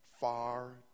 far